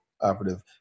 operative